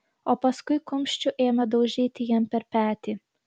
o paskui kumščiu ėmė daužyti jam per petį